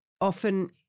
often